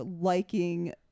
liking